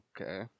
Okay